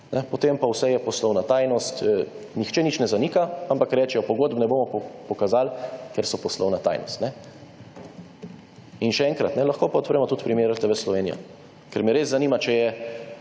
potem pa, vse je poslovna tajnost, nihče nič ne zanika, ampak rečejo, pogodb ne bomo pokazali, ker so poslovna tajnost. In še enkrat, lahko pa odpremo tudi primer TV Slovenija. Ker me res zanima, če je